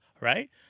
Right